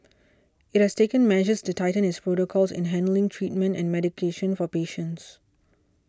it has taken measures to tighten its protocols in handling treatment and medication for patients